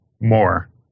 more